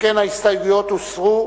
שכן ההסתייגויות הוסרו,